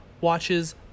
Watches